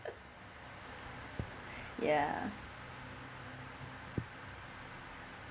ya